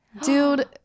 Dude